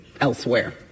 elsewhere